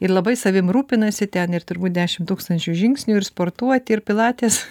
ir labai savim rūpinasi ten ir turbūt dešim tūkstančių žingsnių ir sportuoti ir pilaites